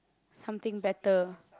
something better